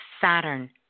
Saturn